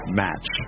match